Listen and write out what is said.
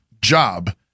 job